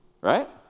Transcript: Right